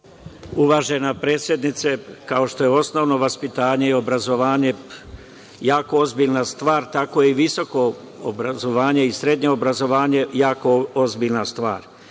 Uvažen predsednice, kao što je osnovno vaspitanje i obrazovanje jako ozbiljna stvar, tako je i visoko obrazovanje i srednje obrazovanje jako ozbiljna stvar.